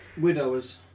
Widowers